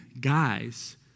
Guys